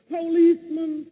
policemen